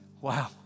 wow